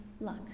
luck